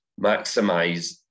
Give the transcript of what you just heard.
maximize